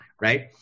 right